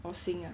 or sink ah